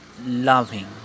loving